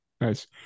Nice